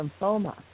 lymphoma